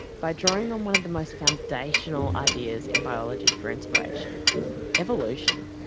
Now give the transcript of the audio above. by drawing on one of the most foundational ideas in biology for inspiration evolution.